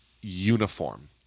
uniform